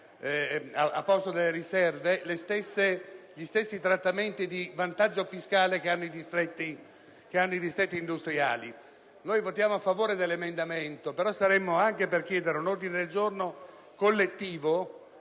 ha posto delle riserve, gli stessi trattamenti di vantaggio fiscale dei distretti industriali. Noi voteremo a favore di tale emendamento e vorremmo anche chiedere un ordine del giorno del Senato